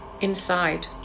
inside